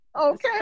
Okay